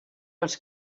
els